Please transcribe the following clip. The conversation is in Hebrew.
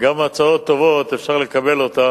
הצעות טובות, אפשר לקבל אותן.